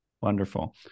Wonderful